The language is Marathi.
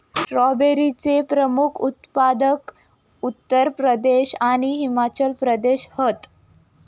स्ट्रॉबेरीचे प्रमुख उत्पादक उत्तर प्रदेश आणि हिमाचल प्रदेश हत